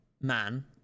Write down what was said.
man